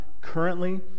currently